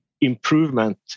improvement